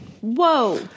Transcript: Whoa